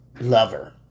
lover